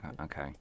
Okay